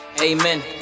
Amen